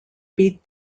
beat